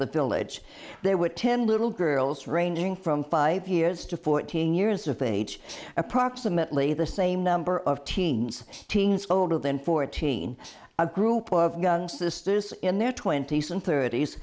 the village there were ten little girls ranging from five years to fourteen years of age approximately the same number of teens teens older than fourteen a group of gun sisters in their twenty's and thirt